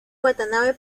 watanabe